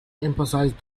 emphasised